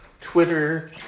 Twitter